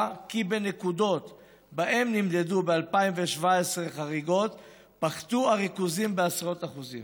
כי בנקודות שבהן נמדדו חריגות ב-2017 פחתו הריכוזים בעשרות אחוזים,